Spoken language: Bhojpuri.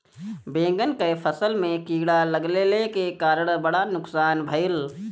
बैंगन के फसल में कीड़ा लगले के कारण बड़ा नुकसान भइल